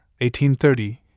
1830